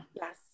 Yes